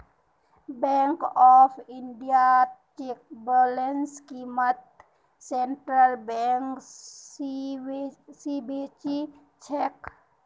bank of इंडियात चेकबुकेर क़ीमत सेंट्रल बैंक स बेसी छेक